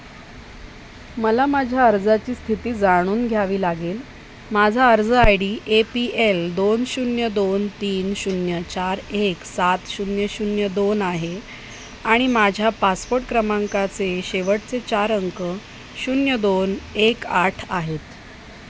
मला माझ्या अर्जाची स्थिती जाणून घ्यावी लागेल माझा अर्ज I D A P L दोन शून्य दोन तीन शून्य चार एक सात शून्य शून्य दोन आहे आणि माझ्या पासपोर्ट क्रमांकाचे शेवटचे चार अंक शून्य दोन एक आठ आहेत